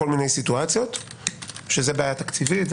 בכל מיני סיטואציות שזה בעיה תקציבית,